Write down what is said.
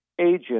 agent